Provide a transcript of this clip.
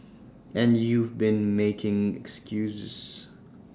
and you've been making excuses